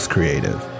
Creative